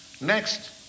Next